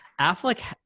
Affleck